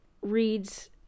reads